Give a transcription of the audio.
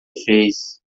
fez